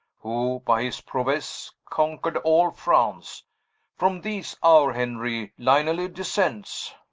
who by his prowesse conquered all france from these, our henry lineally descends